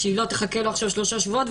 היא לא תחכה לו שלושה שבועות,